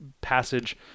passage